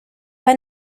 pas